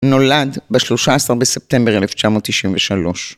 נולד בשלושה עשר בספטמבר 1993.